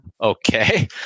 okay